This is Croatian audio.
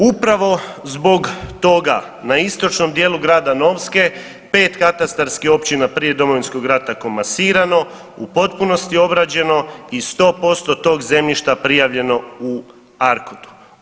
Upravo zbog toga na istočnom dijelu grada Novske pet katastarskih općina prije Domovinskog rata je komasirano, u potpunosti obrađeno i 100% tog zemljišta prijavljeno u ARKOD-u.